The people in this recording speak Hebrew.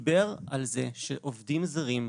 שדיבר על זה שעובדים זרים,